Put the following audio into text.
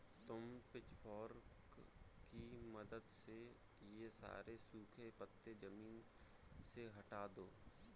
तुम पिचफोर्क की मदद से ये सारे सूखे पत्ते ज़मीन से हटा दो